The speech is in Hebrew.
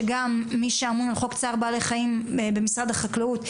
שגם מי שאמון על חוק צער בעלי חיים במשרד החקלאות,